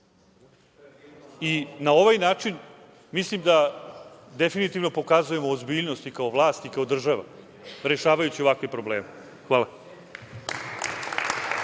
put. Na ovaj način mislim da definitivno pokazujemo ozbiljnost i kao vlast i kao država rešavajući ovakve probleme. Hvala.